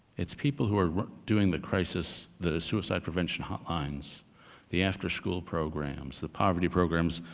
it's people who are doing the crisis, the suicide prevention hotlines the after-school programs, the poverty programs,